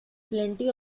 plenty